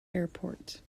airport